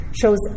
shows